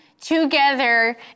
Together